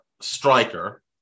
striker